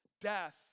Death